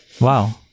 Wow